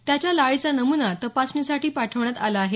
त्याच्या लाळेचा नमुना तपासणीसाठी पाठवण्यात आला आहे